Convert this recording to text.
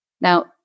Now